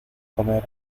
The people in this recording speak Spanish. comer